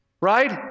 Right